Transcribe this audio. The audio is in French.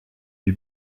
lui